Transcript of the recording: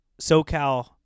SoCal